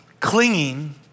clinging